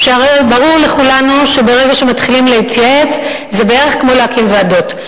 הרי ברור לכולנו שברגע שמתחילים להתייעץ זה בערך כמו להקים ועדות,